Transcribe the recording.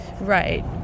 Right